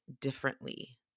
differently